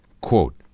quote